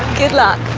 good luck.